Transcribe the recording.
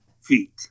feet